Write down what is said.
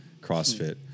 CrossFit